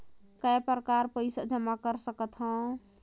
काय प्रकार पईसा जमा कर सकथव?